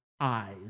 eyes